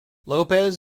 lopez